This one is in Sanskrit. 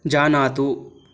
जानातु